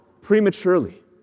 prematurely